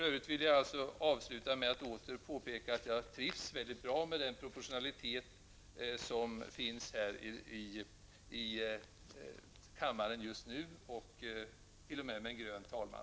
Jag vill avsluta med att åter påpeka att jag trivs väldigt bra med den proportionalitet som finns här i kammaren just nu, t.o.m. en grön talman.